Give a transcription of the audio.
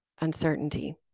Uncertainty